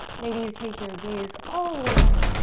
maybe you take your gaze all the way up.